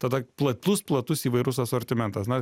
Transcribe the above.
tada platus platus įvairus asortimentas na